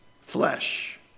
Flesh